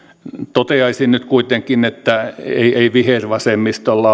toteaisin nyt kuitenkin että ei ei vihervasemmistolla